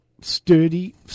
sturdy